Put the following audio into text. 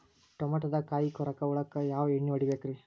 ಟಮಾಟೊದಾಗ ಕಾಯಿಕೊರಕ ಹುಳಕ್ಕ ಯಾವ ಎಣ್ಣಿ ಹೊಡಿಬೇಕ್ರೇ?